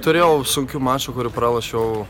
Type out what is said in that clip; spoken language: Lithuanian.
turėjau sunkių mačų kurių pralošiau